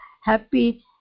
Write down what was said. happy